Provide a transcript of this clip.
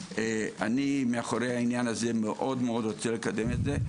אני מאחורי העניין הזה מאוד מאוד רוצה לקדם את זה,